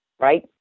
Right